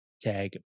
Tag